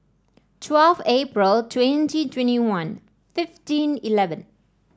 twelve Aprril twenty twenty one fifteen eleven